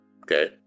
Okay